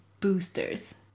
boosters